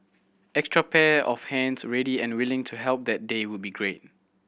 extra pair of hands ready and willing to help that day would be great